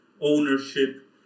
ownership